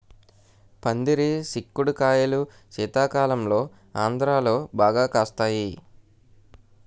పందిరి సిక్కుడు కాయలు శీతాకాలంలో ఆంధ్రాలో బాగా కాస్తాయి